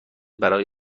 برای